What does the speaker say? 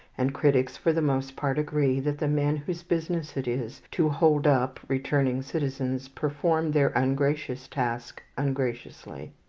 and critics for the most part agree that the men whose business it is to hold up returning citizens perform their ungracious task ungraciously.